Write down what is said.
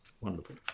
Wonderful